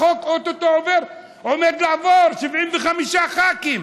החוק או-טו-טו עובר, עומד לעבור, 75 ח"כים.